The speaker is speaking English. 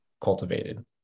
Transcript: cultivated